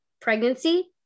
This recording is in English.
pregnancy